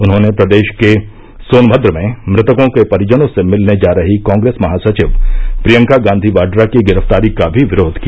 उन्होंने प्रदेश के सोनभद्र में मृतकों के परिजनों से मिलने जा रही कांग्रेस महासचिव प्रियंका गांधी वाड्रा की गिरफ्तारी का भी विरोध किया